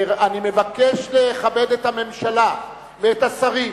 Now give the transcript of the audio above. אני מבקש לכבד את הממשלה ואת השרים: